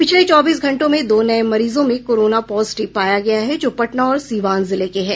पिछले चौबीस घंटे में दो नये मरीजों में कोरोना पॉजिटिव पाया गया है जो पटना और सीवान जिले के हैं